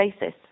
basis